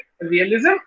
realism